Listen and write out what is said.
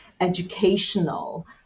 educational